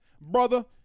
brother